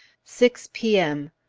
six p m.